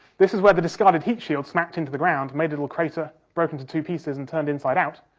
this is where the discarded heat shield smacked into the ground, make a little crater, broke into two pieces and turned inside out.